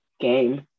game